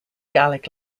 gaelic